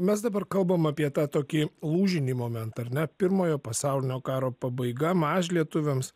mes dabar kalbam apie tą tokį lūžinį momentą ar ne pirmojo pasaulinio karo pabaiga mažlietuviams